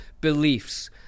beliefs